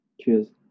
cheers